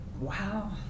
Wow